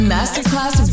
Masterclass